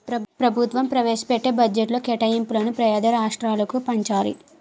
ప్రభుత్వం ప్రవేశపెట్టే బడ్జెట్లో కేటాయింపులను పేద రాష్ట్రాలకు పంచాలి